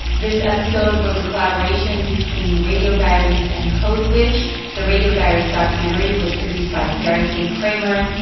this episode was a collaboration between radio diaries and code switch. the radio diaries documentary was produced by sarah kate kramer,